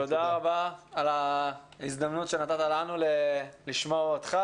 תודה רבה על ההזדמנות שנתת לנו לשמוע אותך,